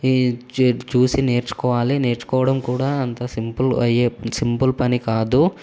చూసి నేర్చుకోవాలి నేర్చుకోవడం కూడా అంత సింపుల్ అయ్యే సింపుల్ పని కాదు